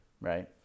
right